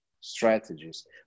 strategies